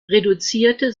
reduzierte